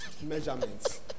measurements